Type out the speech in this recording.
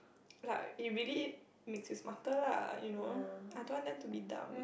like it really makes it smarter lah you know I don't want them to be dumb